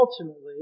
ultimately